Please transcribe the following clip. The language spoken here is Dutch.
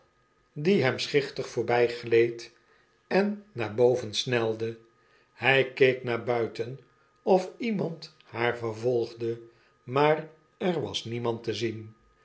die hemschichtig voorbjigleed en naar boven snelde hij keek naar buiten of iemand haar vervolgde maar er was niemand te zien